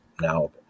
now